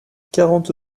quarante